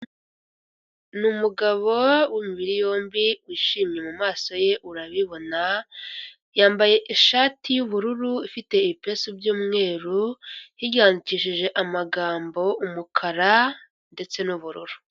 Ni umugabo w'imibiri yombi wishimye mu maso ye urabibona, yambaye ishati y'ubururu ifite ibipesu by'umweru, hirya handikishije amagambo umukara ndetse n'ubururu.